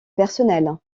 personnel